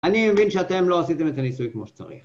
אני מבין שאתם לא עשיתם את הניסוי כמו שצריך